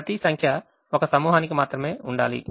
ప్రతి సంఖ్య 1 సమూహానికి మాత్రమే ఉండాలి